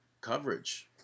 coverage